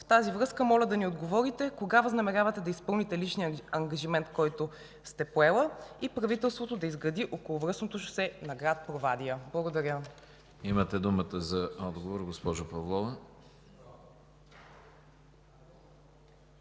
В тази връзка моля да ни отговорите: кога възнамерявате да изпълните личния си ангажимент, който сте поела и правителството да изгради околовръстното шосе на град Провадия? Благодаря. ПРЕДСЕДАТЕЛ ЯНАКИ СТОИЛОВ: Имате думата за отговор, госпожо Павлова.